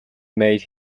made